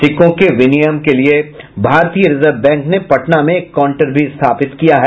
सिक्कों के विनियम के लिए भारतीय रिजर्व बैंक ने पटना में एक काउंटर भी स्थापित किया है